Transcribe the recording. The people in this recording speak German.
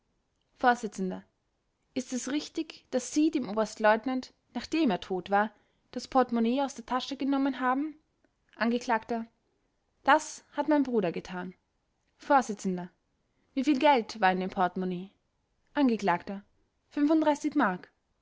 vors ist es richtig daß sie dem oberstleutnant nachdem er tot war das portemonnaie aus der tasche genommen haben angekl das hat mein bruder getan vors wieviel geld war in dem portemonnaie angekl m